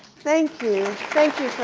thank you. thank you for